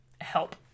help